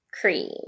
cream